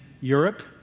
Europe